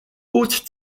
old